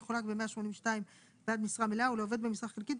מחולק ב- 182 בעד משרה מלאה ולעובד במשרה חלקית,